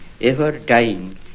ever-dying